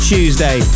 Tuesday